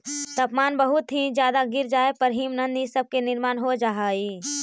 तापमान बहुत ही ज्यादा गिर जाए पर हिमनद इ सब के निर्माण हो जा हई